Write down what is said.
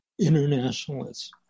internationalists